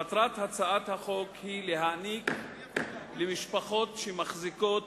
מטרת הצעת החוק היא להעניק למשפחות שמחזיקות